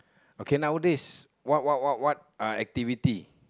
okay nowadays what what what what uh activity